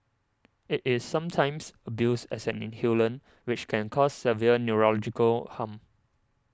it is sometimes abused as an inhalant which can cause severe neurological harm